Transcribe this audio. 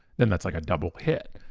then that's like a double pit.